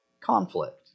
conflict